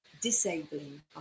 disabling